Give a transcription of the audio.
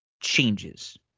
Changes